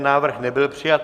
Návrh nebyl přijat.